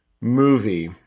movie